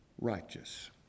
righteous